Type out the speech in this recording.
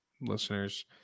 listeners